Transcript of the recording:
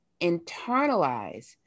internalize